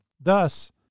thus